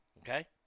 Okay